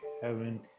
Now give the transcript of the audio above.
heaven